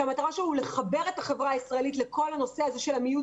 שהמטרה שלו הוא לחבר את החברה הישראלית לכל הנושא של עמיות